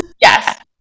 yes